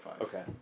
Okay